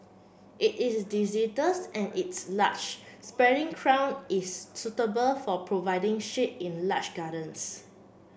it is and its large spreading crown is suitable for providing shade in large gardens